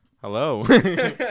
hello